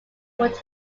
would